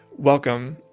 welcome.